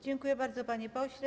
Dziękuję bardzo, panie pośle.